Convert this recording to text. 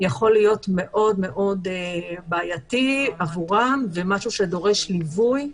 יכול להיות מאוד מאוד בעייתי עבורן ומשהו שדורש ליווי,